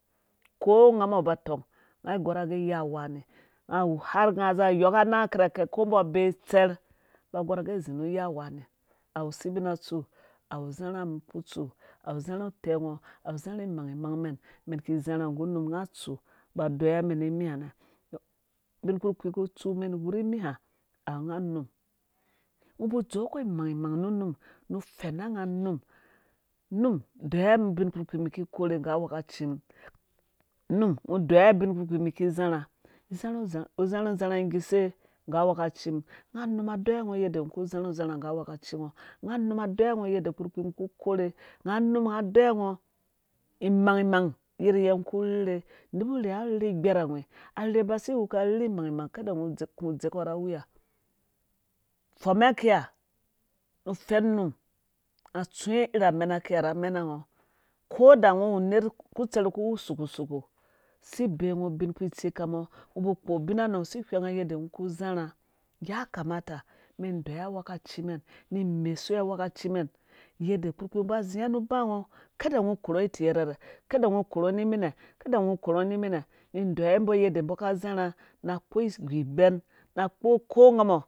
Ko ngamɔ ba tong ai gorha agɛ iya wani harnaga za yoka anang kirhake kombo bee tsɛrh mbɔ gorh agɛ zi ni iya wani awu sebina tsu awu zharha mum ku tsu awu zharhu utɛ ngɔ awu zharhi mangmang mɛn men ki zharha nggu num nga atsu mbɔ deyiwa mɛn nimiha nɛ ubin kpurkpii ku utse mɛ we rihe miha awu nga num nu fɛn nga num num deyiwa mum bin ubin kpurkpii mi ki korh nggu awekaci mu num ngo deyiwa ubin kpurkpi mi ki zharha mi zarhu zarha nguse nggu awekaci mum. nga nu nga deyiwa ngio yadda ngɔ ku zharha zharha nggu awekaci ngɔ nga num nga deyiwa ngɔ imang mang yirhye ngɔ kurherhe ne ba rherhe ighɛrawhi arher basi wukev arherhe imangmang kada ngɔ ku dzekɔ rha wiya fɔme akiha nu fenum nga tsuwe rha amena kiha rha mɛm ngo koda ngo ba kpo ubina kpu tsikan ngɔ ngo ba kpɔ ubin nɔ si whengɔ yadda ngɔ ku zharha ya kamata mɛn me̱n deyiwa awekaci men ni mesuwevawe kaci. mɛn yadda kpurkpii ba zi ngɔ iti yerhe kada ngo korhu ngɔ ni minɛ ni dweyiwe mgɔ yadda mbɔ ka zharha na kpo igu ibem na kpo ko nga mɔ